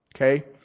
Okay